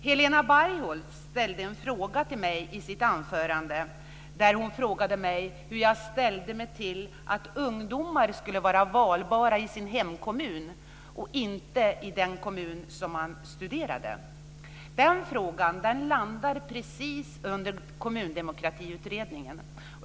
Helena Bargholtz ställde i sitt anförande frågan till mig vilken uppfattning jag hade om att ungdomar ska vara valbara i sin hemkommun och inte i den kommun där de studerar. Den frågan landar just i Kommundemokratikommittén.